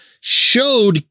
showed